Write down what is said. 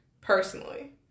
personally